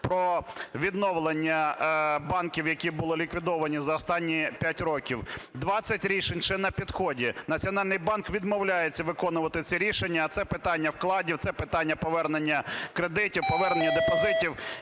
про відновлення банків, які були ліквідовані за останні 5 років. 20 рішень ще на підході. Національний банк відмовляється виконувати ці рішення, а це питання вкладів, це питання повернення кредитів, повернення депозитів